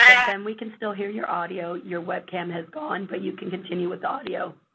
and ben, we can still hear your audio. your webcam has gone, but you can continue with audio.